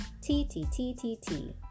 T-T-T-T-T